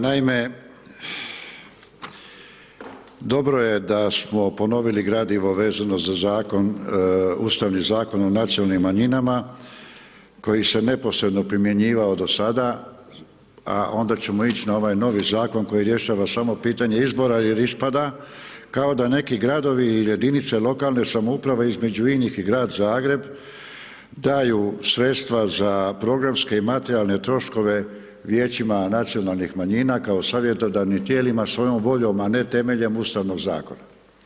Naime, dobro je da smo ponovili gradivo vezano za zakon, Ustavni zakon o nacionalnim manjinama koji se neposredno primjenjivao do sada a onda ćemo ići na ovaj novi zakon koji rješava samo pitanje izbora jer ispada kao da neki gradovi ili jedinice lokalne samouprave između inih i grad Zagreb daju sredstva za programske i materijalne troškove vijećima nacionalnih manjina kao savjetodavnim tijelima svojom voljom a ne temeljem ustavnog zakona.